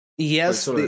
Yes